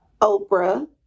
Oprah